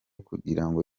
kugirango